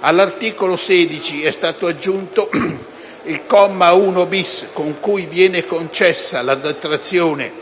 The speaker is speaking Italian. All'articolo 16 è stato aggiunto il comma 1-*bis*, con cui viene concessa la detrazione